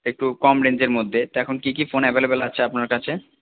একটু কম রেঞ্জের মধ্যে তো এখন কী কী ফোন অ্যাভেলেবেল আছে আপনার কাছে